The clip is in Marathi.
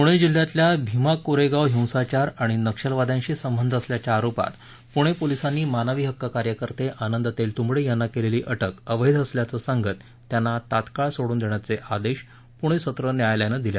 पुणे जिल्ह्यातल्या भीमा कोरेगाव हिंसाचार आणि नक्षलवाद्यांशी संबंध असल्याच्या आरोपात पुणे पोलिसांनी मानवी हक्क कार्यकर्ते आनंद तेलतुंबडे यांना केलेली अटक अवध्वअसल्याचं सांगत त्यांना तात्काळ सोडून देण्याचे आदेश पुणे सत्र न्यायालयानं दिले